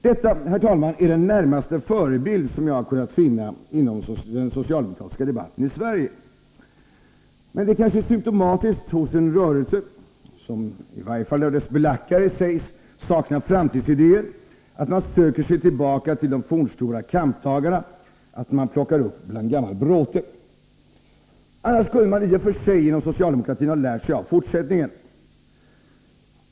Detta, herr talman, är den närmaste förebild som jag har kunnat finna inom den socialdemokratiska debatten i Sverige. Men det är kanske symtomatiskt hos en rörelse som i varje fall av dess belackare sägs sakna framtidsidéer, att man söker sig tillbaka till de fornstora kampdagarna, att man plockar upp bland gammal bråte. Annars kunde man i och för sig inom socialdemokratin ha lärt sig av fortsättningen.